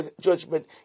judgment